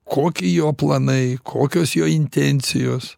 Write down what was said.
koki jo planai kokios jo intencijos